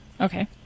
Okay